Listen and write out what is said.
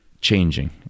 changing